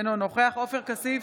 אינו נוכח עופר כסיף,